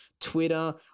Twitter